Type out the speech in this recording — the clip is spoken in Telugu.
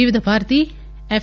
వివిధ భారతి ఎఫ్